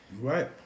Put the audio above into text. Right